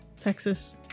Texas